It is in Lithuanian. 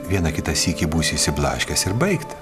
vieną kitą sykį būsi išsiblaškęs ir baigta